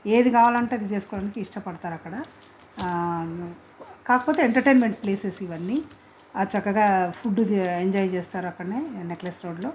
ఏది కావాలంటే అది చేసుకోవడానికి ఇష్టపడతారు అక్కడ కాకపోతే ఎంటర్టైన్మెంట్ ప్లేసెస్ ఇవ్వన్నీ ఆ చక్కగా ఫుడ్ ఎంజాయ్ చేస్తారు అక్కడనే నెక్లెస్ రోడ్లో